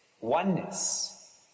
oneness